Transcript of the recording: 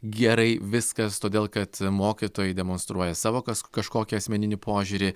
gerai viskas todėl kad mokytojai demonstruoja savo kas kažkokį asmeninį požiūrį